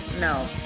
No